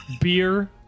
beer